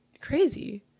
crazy